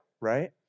right